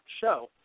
show